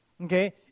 Okay